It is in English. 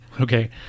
Okay